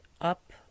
up